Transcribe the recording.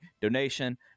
donation